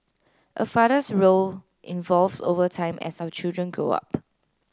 a father's role evolves over time as our children grow up